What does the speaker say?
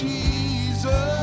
Jesus